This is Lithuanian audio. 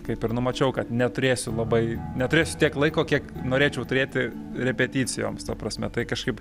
kaip ir numačiau kad neturėsiu labai neturėsiu tiek laiko kiek norėčiau turėti repeticijoms ta prasme tai kažkaip